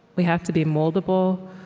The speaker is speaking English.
we have to be moldable.